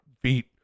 feet